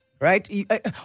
Right